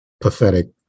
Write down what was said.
pathetic